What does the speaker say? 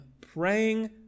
praying